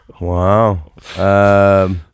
Wow